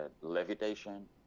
levitation